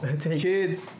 Kids